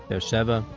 be'er sheva,